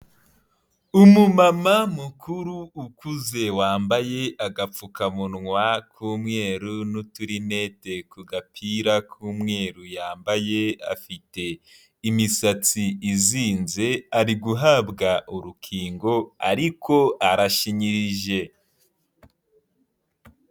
Umumama mukuru ukuze wambaye agapfukamunwa k'umweru n'uturinete ku gapira k'umweru yambaye, afite imisatsi izinze ari guhabwa urukingo ariko arashinyirije.